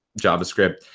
JavaScript